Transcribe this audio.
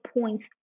points